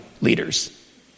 leaders